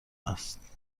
است